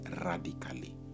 radically